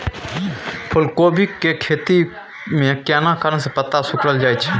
फूलकोबी के खेती में केना कारण से पत्ता सिकुरल जाईत छै?